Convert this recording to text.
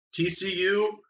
TCU